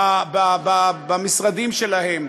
במשרדים שלהם,